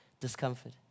Discomfort